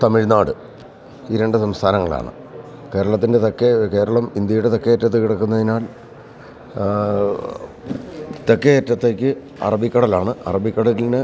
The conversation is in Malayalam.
തമിഴ്നാട് ഈ രണ്ട് സംസ്ഥാനങ്ങളാണ് കേരളത്തിൻ്റെ തെക്കെ കേരളം ഇന്ത്യയുടെ തെക്കെ അറ്റത്ത് കിടക്കുന്നതിനാൽ തെക്കെ അറ്റത്തേക്ക് അറബിക്കടലാണ് അറബിക്കടലിന്